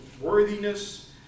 worthiness